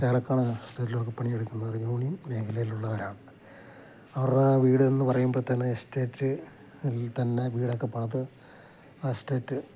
ഏലപ്പാറ എസ്റ്റേറ്റിലുമൊക്കെ പണിയെടുക്കുന്നവര് യൂണിയൻ മേഖലയിലുള്ളവരാണ് അവരുടെ വീടെന്ന് പറയുമ്പോള്ത്തന്നെ എസ്റ്റേറ്റ് അതിൽത്തന്നെ വീടൊക്കെ പണിത് ആ എസ്റ്റേറ്റ്